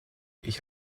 ich